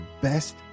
best